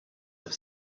have